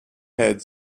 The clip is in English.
had